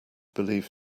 believe